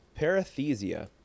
parathesia